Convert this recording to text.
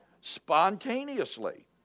spontaneously